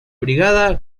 brigada